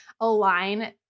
align